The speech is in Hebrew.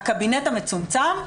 הקבינט המצומצם,